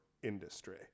Industry